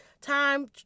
Time